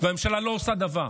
והממשלה לא עושה דבר,